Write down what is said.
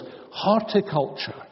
horticulture